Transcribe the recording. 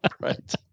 Right